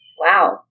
Wow